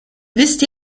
wisst